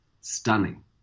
stunning